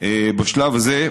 בשלב זה.